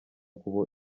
kubo